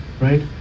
right